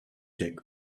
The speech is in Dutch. jack